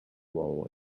role